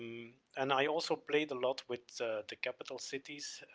and i also played a lot with the capital cities,